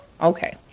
Okay